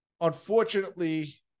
unfortunately